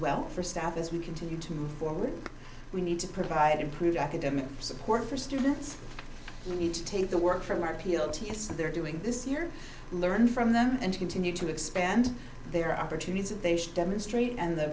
well for staff as we continue to move forward we need to provide improved academic support for students we need to take the work from our p l t s that they're doing this year learn from them and to continue to expand their opportunities that they should demonstrate and the